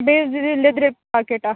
بیٚیہِ حظ دی زیٚولِیٚدرِپاکیٚٹ اَکھ